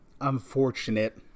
unfortunate